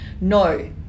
no